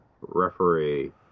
referee